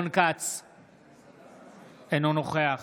אינו נוכח